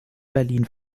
berlin